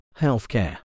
healthcare